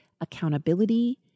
accountability